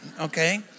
okay